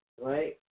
Right